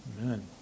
Amen